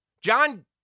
John